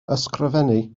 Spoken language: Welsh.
ysgrifennu